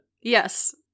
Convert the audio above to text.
Yes